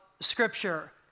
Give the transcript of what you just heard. Scripture